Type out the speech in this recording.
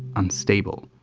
unstable.